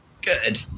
Good